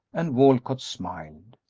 and walcott smiled.